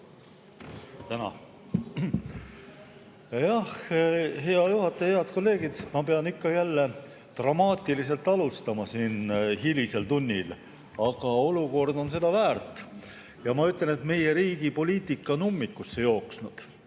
mitte. Aitäh! Hea juhataja! Head kolleegid! Ma pean ikka jälle dramaatiliselt alustama siin hilisel tunnil, aga olukord seda [nõuab]. Ma ütlen, et meie riigi poliitika on ummikusse jooksnud.